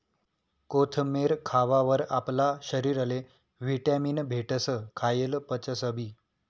कोथमेर खावावर आपला शरीरले व्हिटॅमीन भेटस, खायेल पचसबी